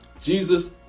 Jesus